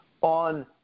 on